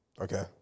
Okay